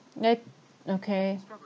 that okay